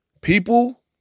People